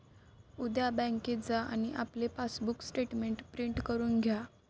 उद्या बँकेत जा आणि आपले पासबुक स्टेटमेंट प्रिंट करून घ्या